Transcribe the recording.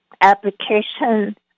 application